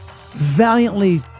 valiantly